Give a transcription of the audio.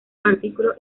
artículos